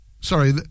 sorry